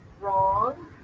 wrong